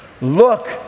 Look